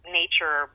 nature